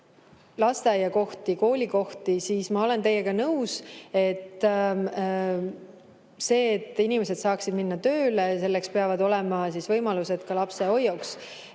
lasteaiakohti ja koolikohti, siis ma olen teiega nõus, et selleks, et inimesed saaksid minna tööle, peavad olema võimalused lapsehoiuks.